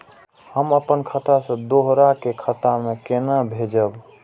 हम आपन खाता से दोहरा के खाता में केना भेजब?